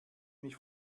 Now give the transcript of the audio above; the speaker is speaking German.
mich